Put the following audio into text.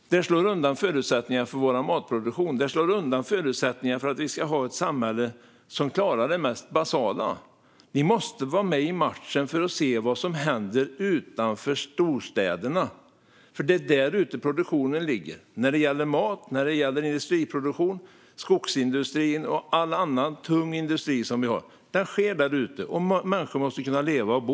Det slår undan förutsättningarna för vår matproduktion. Det slår undan förutsättningarna för att vi ska ha ett samhälle som klarar det mest basala. Vi måste vara med i matchen och se vad som händer utanför storstäderna. Det är där matproduktionen och industriproduktion sker. Det är där skogsindustrin och all annan tung industri som vi har finns. Där måste också människor kunna leva och bo.